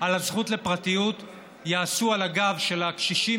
על הזכות לפרטיות יעשו על הגב של הקשישים